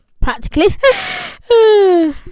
practically